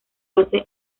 base